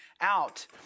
out